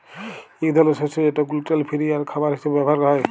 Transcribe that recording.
ইক ধরলের শস্য যেট গ্লুটেল ফিরি আর খাবার হিসাবে ব্যাভার হ্যয়